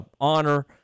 honor